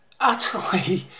utterly